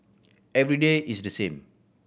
every day is the same